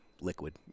liquid